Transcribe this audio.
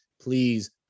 please